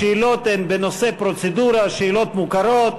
השאלות הן בנושא פרוצדורה, שאלות מוכרות.